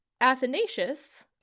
Athanasius